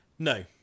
No